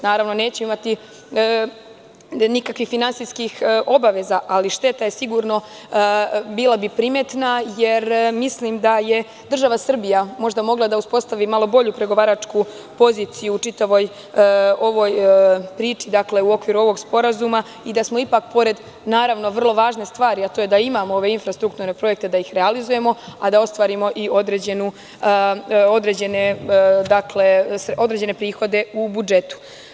Naravno, neće imati nikakvih finansijskih obaveza, ali šteta bi sigurno bila primetna, jer mislim da je država Srbija možda mogla da uspostavi malo bolju pregovaračku poziciju u čitavoj ovoj priči u okviru ovog sporazuma i da smo ipak pored vrlo važne stvari, a to je da imamo ove infrastrukturne projekte, da ih realizujemo, a da ostvarimo i određene prihode u budžetu.